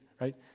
right